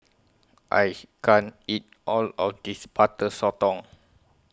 I can't eat All of This Butter Sotong